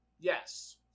Yes